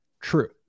True